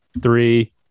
Three